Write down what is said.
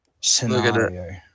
scenario